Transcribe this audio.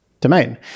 domain